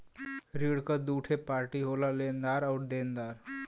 ऋण क दूठे पार्टी होला लेनदार आउर देनदार